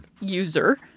user